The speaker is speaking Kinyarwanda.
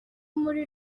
muri